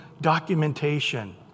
documentation